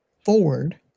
forward